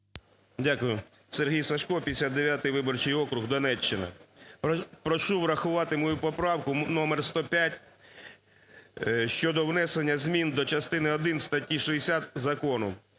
Дякую. Сергій Сажко, 59-й виборчий округ, Донеччина. Прошу врахувати мою поправку номер 105 щодо внесення змін до частини один статті 60 закону.